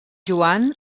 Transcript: joan